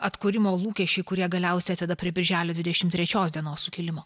atkūrimo lūkesčiai kurie galiausiai atveda prie birželio dvidešim trečios dienos sukilimo